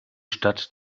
stadt